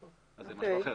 זה משהו אחר.